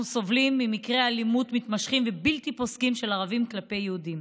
אנחנו סובלים ממקרי אלימות מתמשכים ובלתי פוסקים של ערבים כלפי יהודים,